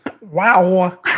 Wow